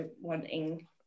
wanting